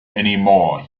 anymore